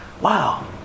wow